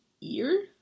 ear